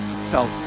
felt